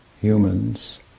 humans